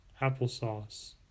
applesauce